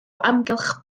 amgylch